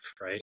right